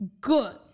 good